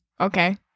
Okay